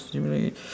simulate